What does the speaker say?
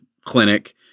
clinic